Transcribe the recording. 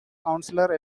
consular